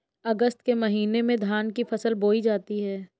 अगस्त के महीने में धान की फसल बोई जाती हैं